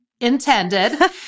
intended